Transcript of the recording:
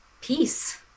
peace